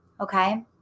Okay